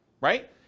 right